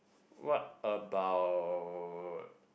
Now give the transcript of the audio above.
what about